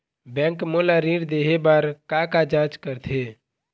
Bank मोला ऋण देहे बार का का जांच करथे?